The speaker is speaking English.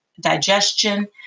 digestion